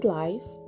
life